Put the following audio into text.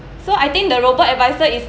so I think the Robo-Advisor is